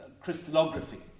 crystallography